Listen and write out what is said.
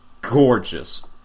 gorgeous